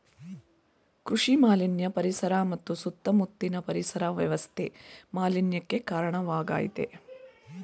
ಕೃಷಿ ಮಾಲಿನ್ಯ ಪರಿಸರ ಮತ್ತು ಸುತ್ತ ಮುತ್ಲಿನ ಪರಿಸರ ವ್ಯವಸ್ಥೆ ಮಾಲಿನ್ಯಕ್ಕೆ ಕಾರ್ಣವಾಗಾಯ್ತೆ